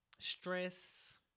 Stress